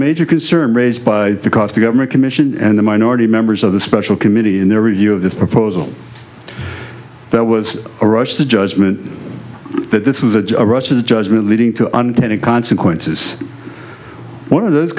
major concern raised by the cost the government commission and the minority members of the special committee in their review of this proposal that was a rush to judgment that this was a rush to judgment leading to unintended consequences one of those